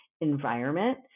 environment